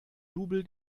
double